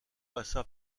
passa